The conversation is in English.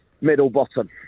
middle-bottom